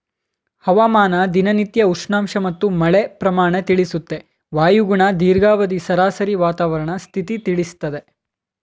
ಹವಾಮಾನ ದಿನನಿತ್ಯ ಉಷ್ಣಾಂಶ ಮತ್ತು ಮಳೆ ಪ್ರಮಾಣ ತಿಳಿಸುತ್ತೆ ವಾಯುಗುಣ ದೀರ್ಘಾವಧಿ ಸರಾಸರಿ ವಾತಾವರಣ ಸ್ಥಿತಿ ತಿಳಿಸ್ತದೆ